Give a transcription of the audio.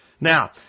Now